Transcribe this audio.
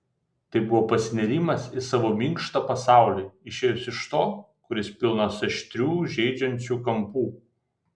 tai buvo pasinėrimas į savo minkštą pasaulį išėjus iš to kuris pilnas aštrių žeidžiančių kampų